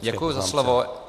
Děkuji za slovo.